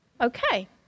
Okay